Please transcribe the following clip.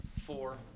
four